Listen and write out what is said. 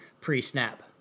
pre-snap